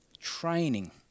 training